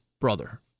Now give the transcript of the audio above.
brother